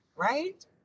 Right